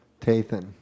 Tathan